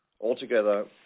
Altogether